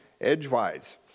edgewise